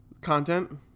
content